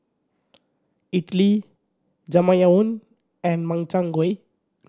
Idili Jajangmyeon and Makchang Gui